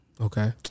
Okay